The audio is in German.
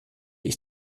ich